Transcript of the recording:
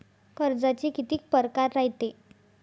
कर्जाचे कितीक परकार रायते?